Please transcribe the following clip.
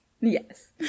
Yes